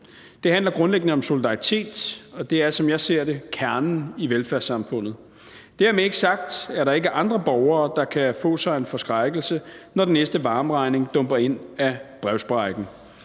Det handler grundlæggende om solidaritet, og det er, som jeg ser det, kernen i velfærdssamfundet. Dermed ikke sagt, at der ikke er andre borgere, der kan få sig en forskrækkelse, når den næste varmeregning dumper ind ad brevsprækken.